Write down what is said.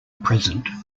present